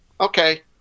Okay